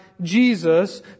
Jesus